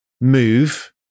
move